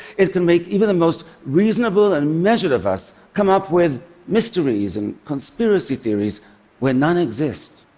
it can make even the most reasonable and measured of us come up with mysteries and conspiracy theories where none exist.